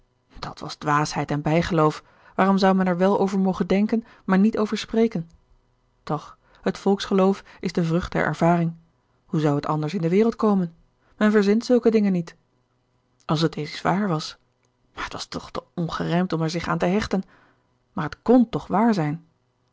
dat was dwaasheid en bijgeloof waarom zou men er wel over mogen denken maar niet over spreken toch het volksgeloof is de vrucht der ervaring hoe zou het anders in de wereld komen men verzint zulke dingen gerard keller het testament van mevrouw de tonnette niet als het eens waar was maar het was toch te ongerijmd om er zich aan te hechten maar het kon toch waar zijn